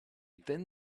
thin